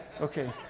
Okay